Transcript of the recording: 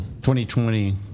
2020